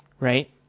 right